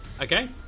Okay